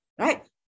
right